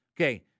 Okay